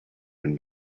been